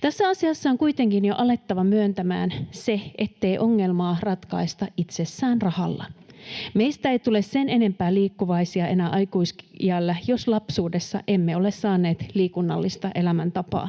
Tässä asiassa on kuitenkin jo alettava myöntämään se, ettei ongelmaa ratkaista itsessään rahalla. Meistä ei tule sen enempää liikkuvaisia enää aikuisiällä, jos lapsuudessa emme ole saaneet liikunnallista elämäntapaa.